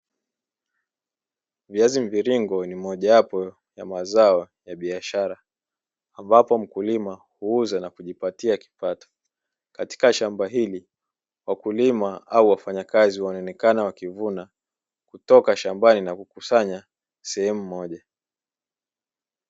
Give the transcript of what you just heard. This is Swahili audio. Viazi mviringo ni mojawapo ya mazao ya biashara, ambapo mkulima huuza na kujipatia kipato. Katika shamba hili, wakulima au wafanyakazi wanaonekana wakivuna kutoka shambani na kukusanya sehemu moja.